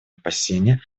опасения